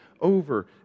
over